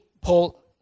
Paul